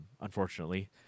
unfortunately